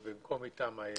במקום מיטה מה יש?